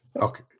Okay